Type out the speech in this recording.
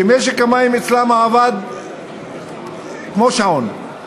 שמשק המים אצלן עבד כמו שעון,